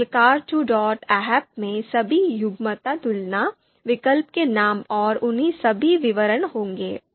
तो इस file car2ahp में सभी युग्मक तुलना विकल्प के नाम और उन सभी विवरण होंगे